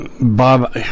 bob